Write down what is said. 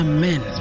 Amen